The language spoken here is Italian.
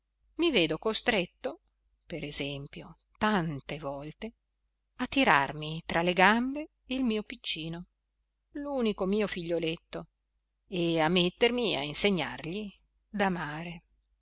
mi vedo costretto per esempio tante volte a tirarmi tra le gambe il mio piccino l'unico mio figlioletto e a mettermi a insegnargli d'amare